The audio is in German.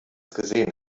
gesehen